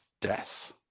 death